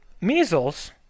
measles